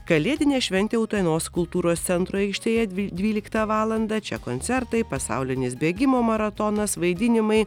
kalėdinė šventė utenos kultūros centro aikštėje dvy dvyliktą valandą čia koncertai pasaulinis bėgimo maratonas vaidinimai